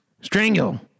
strangle